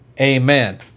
amen